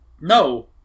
no